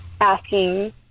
asking